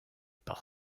par